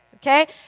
Okay